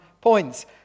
points